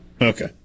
Okay